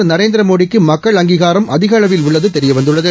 திரு நரேந்திரமோடிக்கு மக்கள் அங்கீகாரம் அதிக அளவில் உள்ளது தெரியவந்துள்ளது